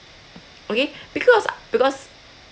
okay because because